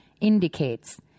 indicates